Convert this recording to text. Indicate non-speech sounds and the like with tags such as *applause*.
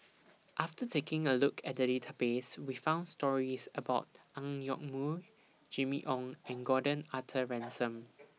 after taking A Look At The Database We found stories about Ang Yoke Mooi Jimmy Ong and Gordon Arthur *noise* Ransome